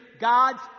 God's